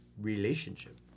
relationship